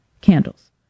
Candles